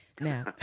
Now